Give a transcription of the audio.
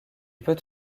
peut